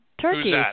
Turkey